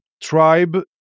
tribe